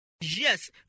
Yes